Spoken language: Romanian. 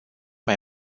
mai